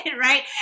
Right